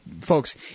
folks